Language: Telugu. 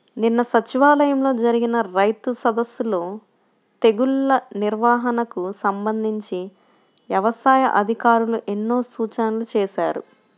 నిన్న సచివాలయంలో జరిగిన రైతు సదస్సులో తెగుల్ల నిర్వహణకు సంబంధించి యవసాయ అధికారులు ఎన్నో సూచనలు చేశారు